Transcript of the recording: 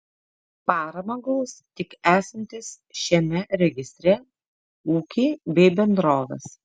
paramą gaus tik esantys šiame registre ūkiai bei bendrovės